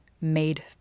made